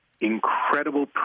incredible